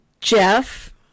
Jeff